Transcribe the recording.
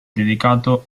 dedicato